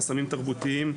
חסמים תרבותיים.